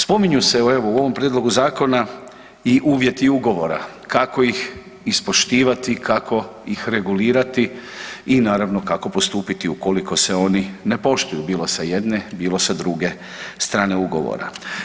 Spominju se evo u ovom prijedlogu zakona i uvjeti ugovora kako ih ispoštivati, kako ih regulirati i naravno kako postupiti ukoliko se oni ne poštuju bilo sa jedne, bilo sa druge strane ugovora.